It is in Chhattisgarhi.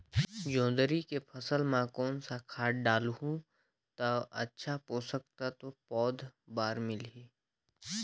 जोंदरी के फसल मां कोन सा खाद डालहु ता अच्छा पोषक तत्व पौध बार मिलही?